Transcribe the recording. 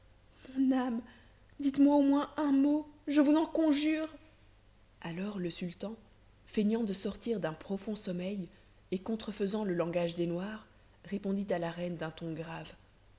dites-moi au moins un mot je vous en conjure alors le sultan feignant de sortir d'un profond sommeil et contrefaisant le langage des noirs répondit à la reine d'un ton grave